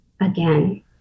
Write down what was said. again